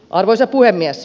arvoisa puhemies